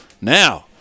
now